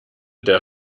der